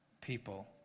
people